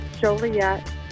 Joliet